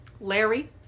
Larry